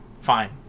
Fine